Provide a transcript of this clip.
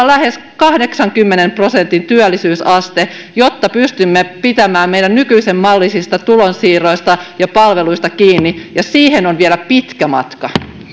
lähes kahdeksankymmenen prosentin työllisyysaste jotta pystymme pitämään meidän nykyisen mallisista tulonsiirroistamme ja palveluistamme kiinni ja siihen on vielä pitkä matka